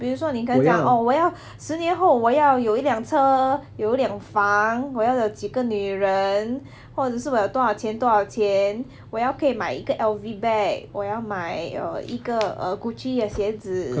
比如说你刚才讲 oh 我要十年后我要有一辆车有一辆房我要了几个女人或者是我有多少钱多少钱我要可以买一个 L_V bag 我要买一个 err gucci 的鞋子